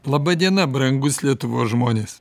laba diena brangūs lietuvos žmonės